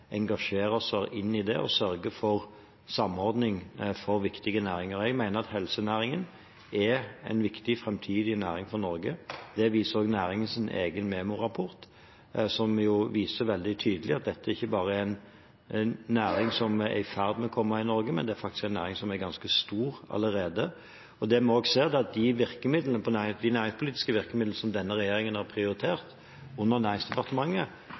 oss i det og sørger for samordning for viktige næringer. Jeg mener helsenæringen er en viktig framtidig næring for Norge. Næringens egen Menon-rapport viser veldig tydelig at dette ikke bare er en næring som er i ferd med å komme i Norge, men at den faktisk er ganske stor allerede. Det vi også ser, er at de næringspolitiske virkemidlene som denne regjeringen har prioritert under Næringsdepartementet,